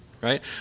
right